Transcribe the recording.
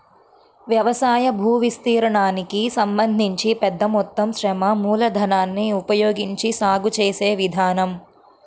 వ్యవసాయ భూవిస్తీర్ణానికి సంబంధించి పెద్ద మొత్తం శ్రమ మూలధనాన్ని ఉపయోగించి సాగు చేసే విధానం